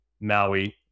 Maui